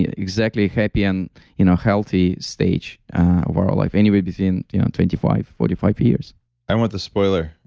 ah exactly happy and you know healthy stage of our life, anywhere between twenty five forty five years i want the spoiler.